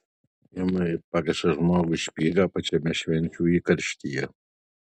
ima ir pakiša žmogui špygą pačiame švenčių įkarštyje